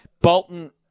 Bolton